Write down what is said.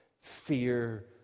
fear